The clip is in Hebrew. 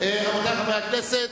רבותי חברי הכנסת,